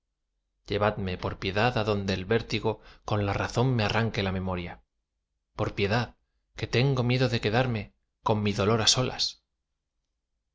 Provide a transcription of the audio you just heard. llevadme por piedad adonde el vértigo con la razón me arranque la memoria por piedad tengo miedo de quedarme con mi dolor á solas liii